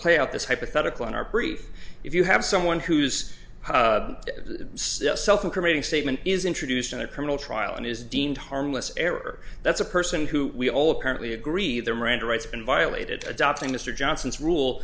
play out this hypothetical in our brief if you have someone who's committing statement is introduced in a criminal trial and is deemed harmless error that's a person who we all apparently agree the miranda rights been violated adopting mr johnson's rule